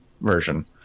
version